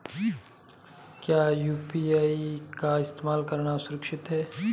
क्या यू.पी.आई का इस्तेमाल करना सुरक्षित है?